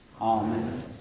Amen